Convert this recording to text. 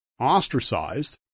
ostracized